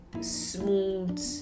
smooth